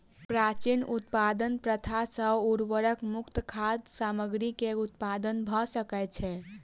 प्राचीन उत्पादन प्रथा सॅ उर्वरक मुक्त खाद्य सामग्री के उत्पादन भ सकै छै